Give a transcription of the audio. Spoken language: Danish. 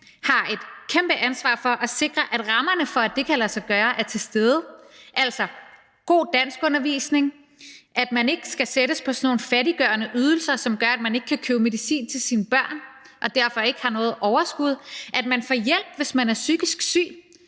har et kæmpe ansvar for at sikre, at rammerne for, at det kan lade sig gøre, er til stede – altså god danskundervisning; at man ikke skal sættes på sådan nogle fattiggørende ydelser, som gør, at man ikke kan købe medicin til sine børn og derfor ikke har noget overskud; at man får hjælp, hvis man er psykisk syg.